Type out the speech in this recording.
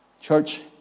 Church